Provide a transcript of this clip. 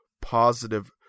positive